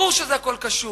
ברור שהכול קשור.